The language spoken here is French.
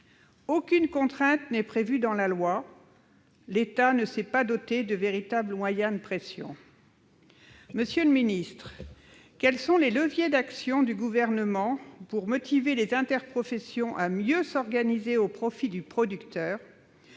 Aucune contrainte n'est prévue dans la loi, et l'État ne s'est pas doté de véritables moyens de pression. Monsieur le ministre, quels sont les leviers d'action du Gouvernement pour motiver les interprofessions à mieux s'organiser au profit du producteur ?